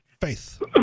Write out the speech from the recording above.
Faith